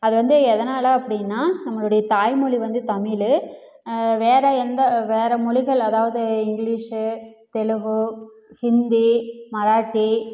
அது வந்து எதனால அப்படின்னா நம்மளுடைய தாய் மொழி வந்து தமிழ் வேறு எந்த வேறு மொழிகள் அதாவது இங்கிலீஸு தெலுகு ஹிந்தி மராத்தி